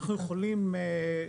אנחנו יכולים,